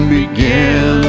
begin